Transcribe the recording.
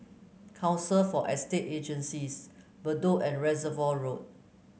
Council for Estate Agencies Bedok and Reservoir Road